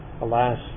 Alas